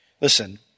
Listen